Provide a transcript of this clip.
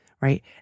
Right